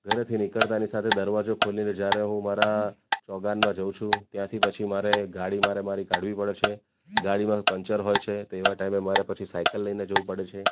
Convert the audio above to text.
ઘરેથી નીકળતાની સાથે દરવાજો ખોલીને જ્યારે હું મારા ચોગાનમાં જાઉં છું ત્યાંથી પછી મારે ગાડી મારે મારી કાઢવી પડે છે ગાડીમાં પંચર હોય છે તેવા ટાઈમે મારે પછી સાયકલ લઈને જવું પડે છે